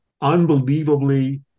unbelievably